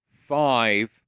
five